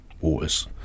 waters